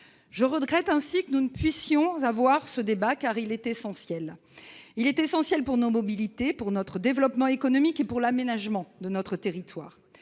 Je regrette que nous ne puissions avoir ce débat, car il est essentiel pour nos mobilités, pour notre développement économique et pour l'aménagement de notre territoire.